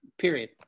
period